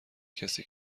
کسی